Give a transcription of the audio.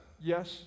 Yes